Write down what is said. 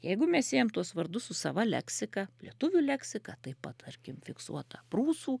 jeigu mes siejam tuos vardus su sava leksika lietuvių leksika taip pat tarkim fiksuota prūsų